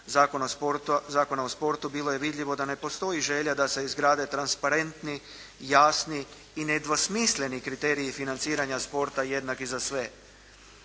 Zakona o sportu bilo je vidljivo da ne postoji želja da se izgrade transparentni, jasni i nedvosmisleni kriteriji financiranja sporta jednaki za sve.